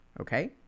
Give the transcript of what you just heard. okay